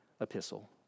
epistle